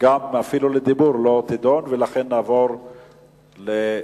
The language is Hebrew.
אפילו לדיבור, לא תידון, ולכן נעבור להצבעה.